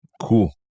Cool